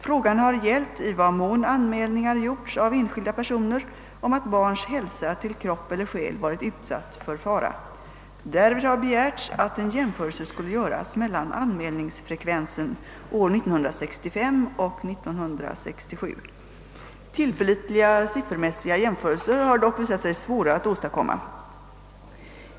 Frågan har gällt i vad mån anmälningar gjorts av enskilda personer om att barns hälsa till kropp eller själ varit utsatt för fara. Därvid har begärts att en jämförelse skulle göras mellan anmälningsfrekvensen åren 1965 och 1967. Tillförlitliga siffermässiga jämförelser har dock visat sig svåra att åstadkomma.